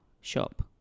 shop